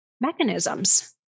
mechanisms